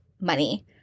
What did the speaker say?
money